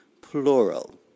plural